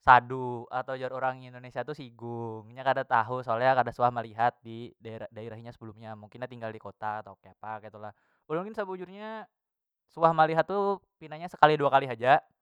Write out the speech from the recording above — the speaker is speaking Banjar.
sadu atau jar orang indonesia tu sigung inya kada tahu soalnya kada suah melihat didaerah- daerah inya sebelumnya mungkin nya tinggal dikota atau keapa ketu lah ulun gin sebujurnya suah melihat tu pina nya sekali dua kali haja.